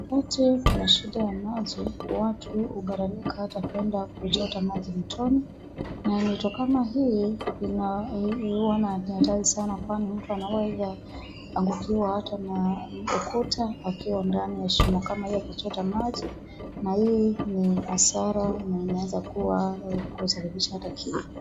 Kote kuna shida ya maji, watu hugaramika ata kuenda kuchota maji mtoni, na mto kama huu huwa hatari sana kwani mtu anaweza angukiwa ata na ukuta akiwa ndani ya shimo kama hiyo akichota maji, na hii ni hasara na inaweza kuwa, kusababisha ata kifo.